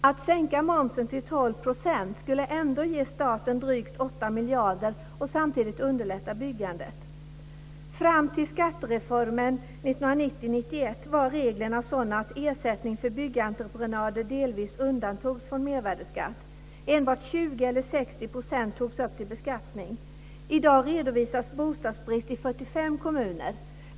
Att sänka momsen till 12 % skulle ändå ge staten drygt 8 miljarder och samtidigt underlätta byggandet. Fram till skattereformen 1990-1991 var reglerna sådana att ersättning för byggentreprenader delvis undantogs från mervärdesskatt. Enbart 20 eller 60 % togs upp till beskattning. I dag redovisas bostadsbrist i 45 kommuner.